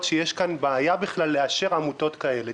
שיש כאן בעיה בכלל לאשר עמותות כאלה.